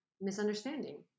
misunderstanding